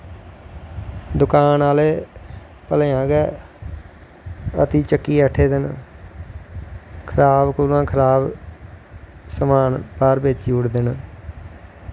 दुकान आह्ले भलेआं गै अती चुक्की बैठे दे न खराब कोला दा खराब समान बाह्र बेची ओड़दे न